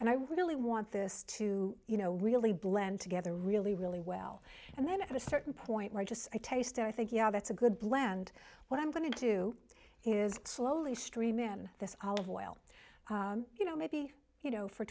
and i really want this to you know really blend together really really well and then at a certain point where it just a taste i think yeah that's a good blend what i'm going to do is slowly stream in this olive oil you know maybe you know for